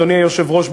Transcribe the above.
אדוני היושב-ראש,